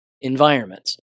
environments